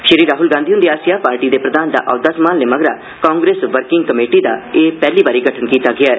श्री राहुल गांधी हुंदे आसेआ पार्टी दे प्रधान दा औह्द्वा सम्हालने मगरा कांग्रेस वर्किंग कमेटी दा एह पैहली बारी गठन कीता गेआ ऐ